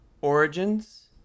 Origins